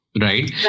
Right